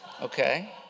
okay